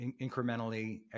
incrementally